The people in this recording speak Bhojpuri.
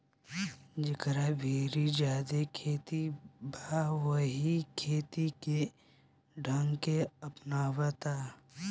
जेकरा भीरी ज्यादे खेत बा उहे इ खेती के ढंग के अपनावता